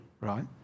right